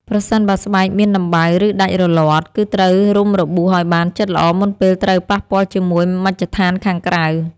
ប្រសិនបើស្បែកមានដំបៅ ឬដាច់រលាត់ គឺត្រូវរុំរបួសឱ្យបានជិតល្អមុនពេលត្រូវប៉ះពាល់ជាមួយមជ្ឈដ្ឋានខាងក្រៅ។